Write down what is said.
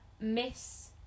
Miss